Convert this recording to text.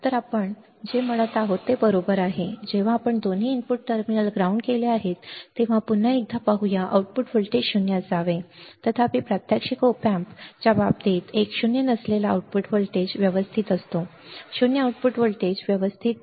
तर आपण जे म्हणत आहोत ते बरोबर आहे जेव्हा आपण दोन्ही इनपुट टर्मिनल ग्राउंड केले आहेत तेव्हा पुन्हा एकदा पाहूया आउटपुट व्होल्टेज 0 असावे तथापि प्रात्यक्षिक op amp च्या बाबतीत एक शून्य नसलेला आउटपुट व्होल्टेज उपस्थित असतो शून्य आउटपुट व्होल्टेज उपस्थित असतो